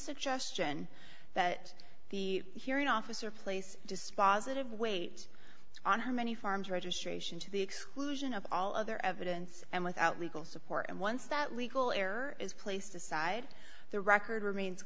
suggestion that the hearing officer place dispositive weight on her many farms registration to the exclusion of all other evidence and without legal support and once that legal error is placed aside the record remains